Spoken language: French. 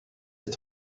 est